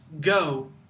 go